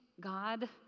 God